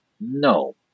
No